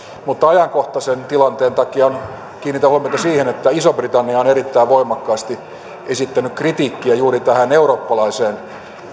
mutta ajankohtaisen tilanteen takia kiinnitän huomiota siihen että iso britannia on erittäin voimakkaasti esittänyt kritiikkiä juuri tähän eurooppalaiseen